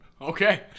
Okay